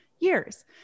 years